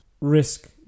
risk